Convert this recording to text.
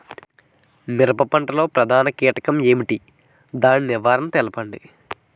మిరప పంట లో ప్రధాన కీటకం ఏంటి? దాని నివారణ తెలపండి?